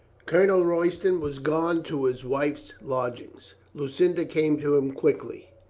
olonel royston was gone to his wife's lodg ings. lucinda came to him quickly.